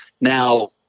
Now